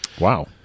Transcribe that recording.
Wow